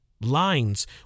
Lines